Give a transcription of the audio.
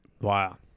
Wow